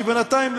שבינתיים,